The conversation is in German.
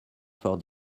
vor